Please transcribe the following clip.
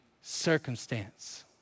circumstance